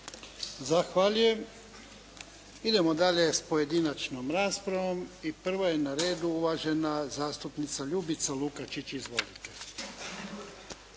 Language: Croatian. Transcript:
Zahvaljujem. Idemo dalje s pojedinačnom raspravom. Prva je na redu uvažena zastupnica Ljubica Lukačić. Izvolite.